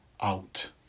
out